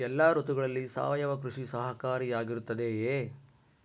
ಎಲ್ಲ ಋತುಗಳಲ್ಲಿ ಸಾವಯವ ಕೃಷಿ ಸಹಕಾರಿಯಾಗಿರುತ್ತದೆಯೇ?